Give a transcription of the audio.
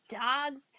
dogs